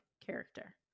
character